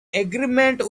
agreement